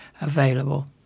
available